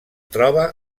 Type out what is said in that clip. troba